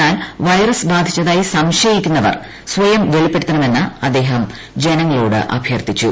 എന്നാൽ വൈറസ് ബാധിച്ചതായി സംശയിക്കുന്നവർ സ്വയം വെളിപ്പെടുത്തണമെന്നും അദ്ദേഹം ജനങ്ങളോട് അഭ്യർത്ഥിച്ചു